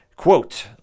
Quote